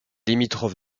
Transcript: limitrophe